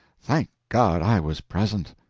thank god, i was present.